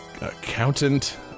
accountant